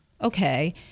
Okay